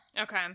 Okay